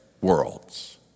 worlds